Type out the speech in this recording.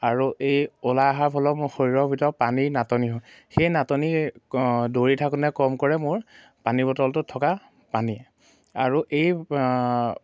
আৰু এই ওলাই অহাৰ ফলত মোৰ শৰীৰৰ ভিতৰত পানীৰ নাটনি হয় সেই নাটনি দৌৰি থাকোঁতে কম কৰে মোৰ পানী বটলটোত থকা পানী আৰু এই